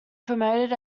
promoted